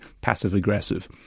passive-aggressive